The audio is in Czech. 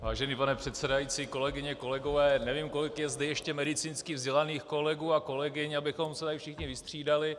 Vážený pane předsedající, kolegyně, kolegové, nevím, kolik je zde ještě medicínsky vzdělaných kolegů a kolegyň, abychom se tu všichni vystřídali.